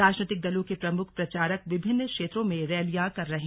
राजनीतिक दलों के प्रमुख प्रचारक विभिन्न क्षेत्रों में रैलियां कर रहे हैं